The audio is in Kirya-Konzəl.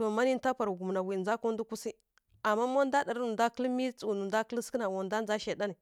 nǝ wǝ nja ndǝ kwis ma nda tsǝ nǝ nda kǝl mǝ sǝghǝna wa nda ja shaidan